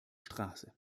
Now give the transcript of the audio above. straße